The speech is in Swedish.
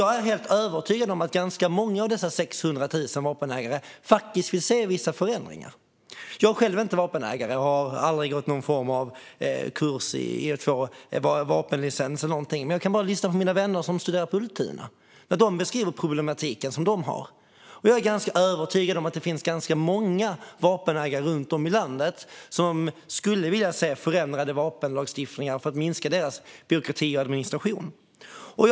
Jag är helt övertygad om att många av de 600 000 vapenägarna vill se vissa förändringar. Jag är själv inte vapenägare och har aldrig gått någon kurs för att få vapenlicens eller så, men jag kan lyssna på mina vänner som studerar på Ultuna när de beskriver den problematik som de har. Jag är övertygad om att det finns många vapenägare runt om i landet som skulle vilja se en förändrad vapenlagstiftning för att deras byråkrati och administration ska minska.